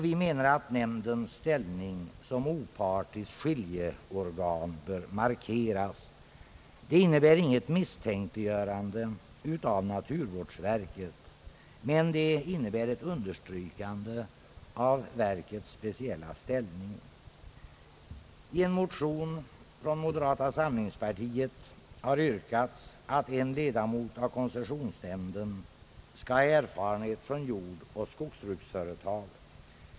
Vi anser att nämndens ställning som opartiskt skiljeorgan bör markeras. Detta innebär inget misstänkliggörande av naturvårdsverket, men det innebär ett understrykande av verkets speciella ställning. I en motion från moderata samlingspartiet har yrkats att en ledamot av koncessionsnämnden skall ha erfarenhet från jordoch skogsbruksföretag.